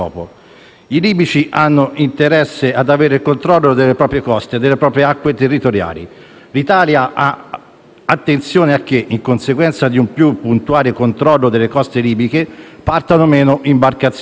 I libici hanno interesse ad avere il controllo delle proprie coste e delle proprie acque territoriali. L'Italia ha attenzione a che, in conseguenza di un più puntuale controllo delle coste libiche, partano meno imbarcazioni.